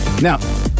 Now